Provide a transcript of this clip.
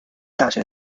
大学